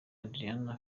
adriana